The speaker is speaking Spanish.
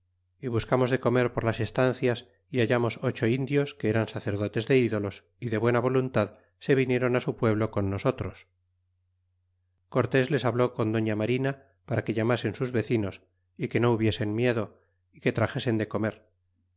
ido buscamos de comer por las estancias é hallamos ocho indios que eran sacerdotes de ídolos y de buena voluntad se vinieron su pueblo con nosotros a cortés les habló con doña marina para que llamasen sus vecinos y que no hubiesen miedo y que traxesen de comer